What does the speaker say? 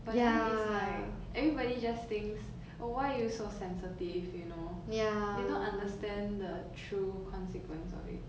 but then it's like everybody just thinks oh why are you so sensitive you know they don't understand the true consequence of it